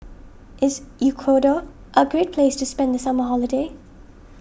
is Ecuador a great place to spend the summer holiday